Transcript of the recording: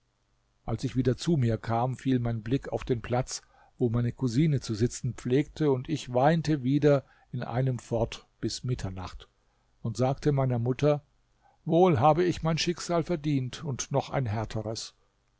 als ich wieder zu mir kam fiel mein blick auf den platz wo meine cousine zu sitzen pflegte und ich weinte wieder in einem fort bis mitternacht und sagte meiner mutter wohl habe ich mein schicksal verdient und noch ein härteres